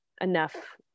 Enough